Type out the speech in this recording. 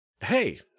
Hey